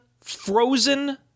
frozen